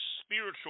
spiritual